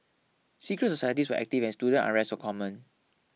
secret societies were active and student unrest was common